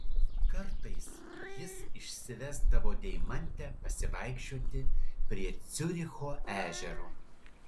kartais jis išsivesdavo deimantę pasivaikščioti prie ciuricho ežero